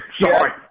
Sorry